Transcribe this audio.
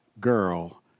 girl